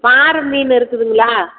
பாறை மீன் இருக்குதுங்களா